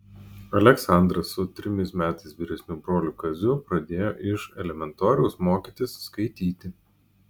aleksandras su trimis metais vyresniu broliu kaziu pradėjo iš elementoriaus mokytis skaityti